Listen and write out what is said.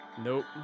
Nope